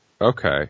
Okay